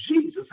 Jesus